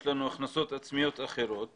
יש לנו הכנסות עצמיות אחרות